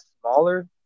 smaller